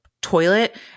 toilet